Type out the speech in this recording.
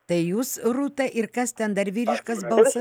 tai jūs rūta ir kas ten dar vyriškas balsas